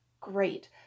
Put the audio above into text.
great